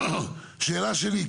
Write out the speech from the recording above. השאלה שלי,